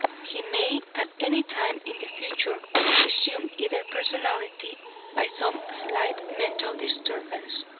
he may at any time in the future resume either personality by some slight mental disturbance,